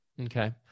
Okay